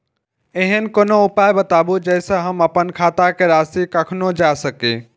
ऐहन कोनो उपाय बताबु जै से हम आपन खाता के राशी कखनो जै सकी?